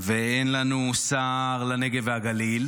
ואין לנו שר לנגב והגליל,